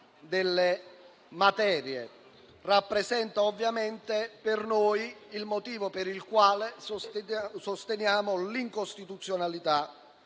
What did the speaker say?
delle materia rappresenta ovviamente per noi il motivo per il quale sosteniamo l'incostituzionalità